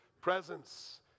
presence